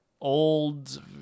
old